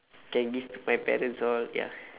can give my parents all ya